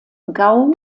gau